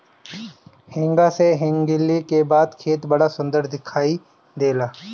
हेंगा से हेंगईले के बाद खेत बड़ा सुंदर दिखाई देला